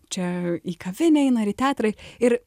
čia į kavinę eina ar į teatrą ir